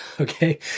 Okay